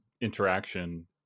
interaction